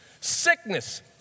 sickness